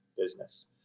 business